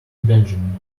benjamin